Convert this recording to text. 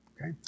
Okay